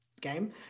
game